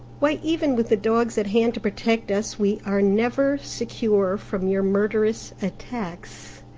why, even with the dogs at hand to protect us, we are never secure from your murderous attacks!